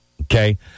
okay